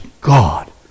God